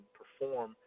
perform